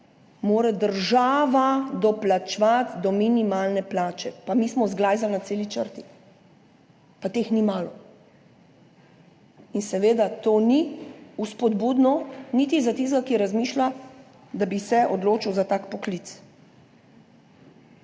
država doplačevati do minimalne plače. Pa mi smo zglajzali na celi črti. Pa teh ni malo. In seveda to ni vzpodbudno niti za tistega, ki razmišlja, da bi se odločil za tak poklic.